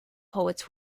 poets